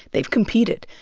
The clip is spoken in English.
they've competed,